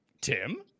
tim